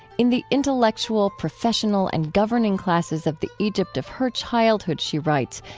in the intellectual, professional, and governing classes of the egypt of her childhood, she writes,